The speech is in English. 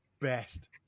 best